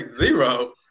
zero